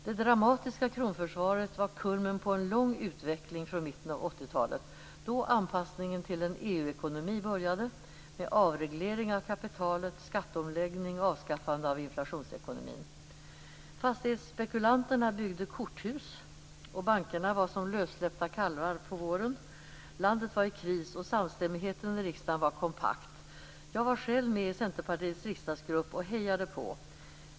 Det dramatiska kronförsvaret var kulmen på en lång utveckling från mitten av 80-talet, då anpassningen till en EU-ekonomi började med avreglering av kapitalet, skatteomläggning och avskaffande av inflationsekonomin. Fastighetsspekulanterna byggde korthus, och bankerna var som lössläppta kalvar på våren. Landet var i kris, och samstämmigheten i riksdagen var kompakt. Jag var själv med i Centerpartiets riksdagsgrupp och hejade på.